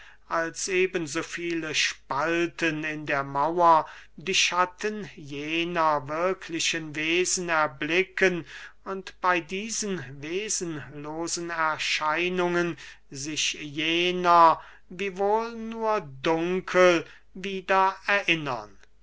als eben so viele spalten in der mauer die schatten jener wirklichen wesen erblicken und bey diesen wesenlosen erscheinungen sich jener wiewohl nur dunkel wieder erinnern